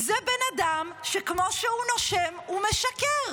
זה בן אדם שכמו שהוא נושם הוא משקר.